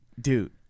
Dude